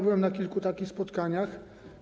Byłem na kilku takich spotkaniach.